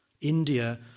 India